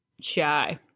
shy